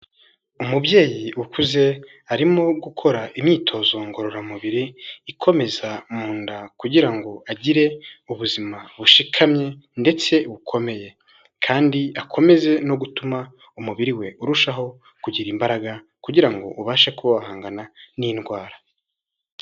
Umubyeyi ukuze arimo gukora imyitozo ngororamubiri ikomeza mu nda kugira ngo agire ubuzima bushikamye ndetse bukomeye, kandi akomeze no gutuma umubiri we urushaho kugira imbaraga kugira ngo ubashe kuba wahangana n'indwara.